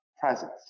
presence